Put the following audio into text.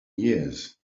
years